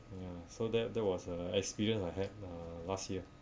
ya so that that was a experience I had uh last year